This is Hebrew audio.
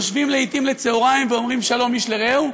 יושבים לעתים לצהריים ואומרים שלום איש לרעהו,